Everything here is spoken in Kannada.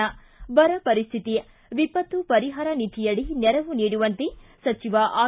ಿಂಬರ ಪರಿಸ್ಥಿತಿ ವಿಪತ್ತು ಪರಿಹಾರ ನಿಧಿಯಡಿ ನೆರವು ನೀಡುವಂತೆ ಸಚಿವ ಆರ್